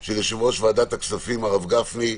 של יושב-ראש ועדת הכספים הרב גפני,